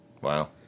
Wow